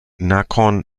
nakhon